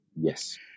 yes